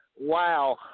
Wow